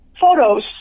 photos